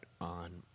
on